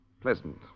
Pleasant